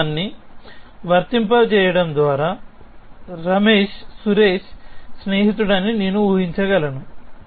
ఈ నియమాన్ని వర్తింపజేయడం ద్వారా రమేష్ సురేష్ స్నేహితుడని నేను ఊహించగలను